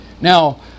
Now